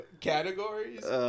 categories